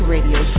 Radio